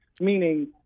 meaning